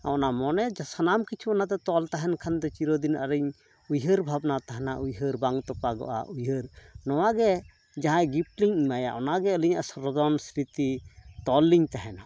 ᱚᱱᱟ ᱢᱚᱱᱮ ᱡᱟ ᱥᱟᱱᱟᱢ ᱠᱤᱪᱷᱩ ᱚᱱᱟᱛᱮ ᱛᱚᱞ ᱛᱟᱦᱮᱱ ᱠᱷᱟᱱ ᱫᱚ ᱪᱤᱨᱚᱫᱤᱚᱱ ᱟᱞᱤᱧ ᱩᱭᱦᱟᱹᱨ ᱵᱷᱟᱵᱱᱟ ᱛᱟᱦᱮᱱᱟ ᱩᱭᱦᱟᱹᱨ ᱵᱟᱝ ᱛᱚᱯᱟᱜᱚᱜᱼᱟ ᱩᱭᱦᱟᱹᱨ ᱱᱚᱣᱟᱜᱮ ᱡᱟᱦᱟᱸᱭ ᱜᱚᱤᱯᱷᱴ ᱤᱧ ᱮᱢᱟᱭᱟ ᱚᱱᱟᱜᱮ ᱟᱞᱤᱧᱟᱜ ᱥᱨᱚᱫᱚᱱ ᱥᱨᱤᱛᱤ ᱛᱚᱞ ᱞᱤᱧ ᱛᱟᱦᱮᱱᱟ